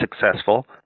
successful